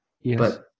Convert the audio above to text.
Yes